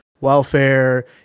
welfare